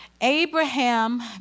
Abraham